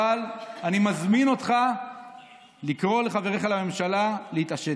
אבל אני מזמין אותך לקרוא לחבריך לממשלה להתעשת.